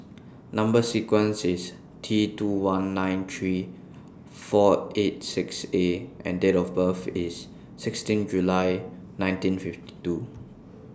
Number sequence IS T two one nine three four eight six A and Date of birth IS sixteen July nineteen fifty two